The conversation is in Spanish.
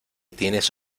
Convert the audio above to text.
tienes